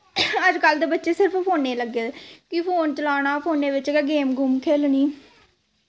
अजकल्ल दे बच्चे सिर्फ फोनै गी गै लग्गे दे कि फोन चलाना फोनै बिच्च गै गेम खेलनी